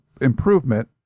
improvement